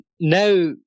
Now